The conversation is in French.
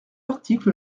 article